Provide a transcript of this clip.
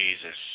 Jesus